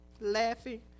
laughing